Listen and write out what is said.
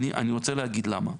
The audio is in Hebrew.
אני רוצה להגיד למה.